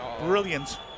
brilliant